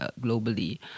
globally